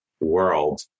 world